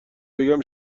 بگم